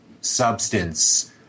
substance